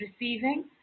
receiving